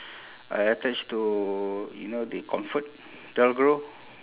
I attach to you know the comfort del gro